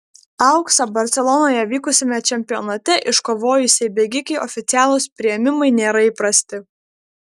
auksą barselonoje vykusiame čempionate iškovojusiai bėgikei oficialūs priėmimai nėra įprasti